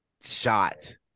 shot